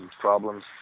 problems